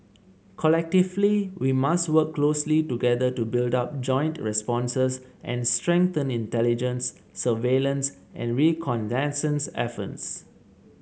collectively we must work closely together to build up joint responses and strengthen intelligence surveillance and reconnaissance efforts